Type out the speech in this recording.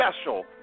special